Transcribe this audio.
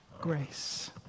grace